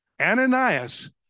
Ananias